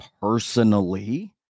personally